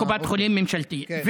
הכול, קופת חולים, ממשלתי.